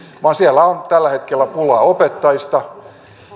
vaan siellä on tällä hetkellä pulaa opettajista